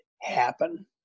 happen